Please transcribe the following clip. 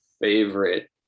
favorite